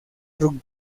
rugby